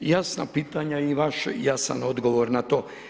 I jasna pitanja i vaš jasan odgovor na to.